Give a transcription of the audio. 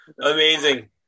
Amazing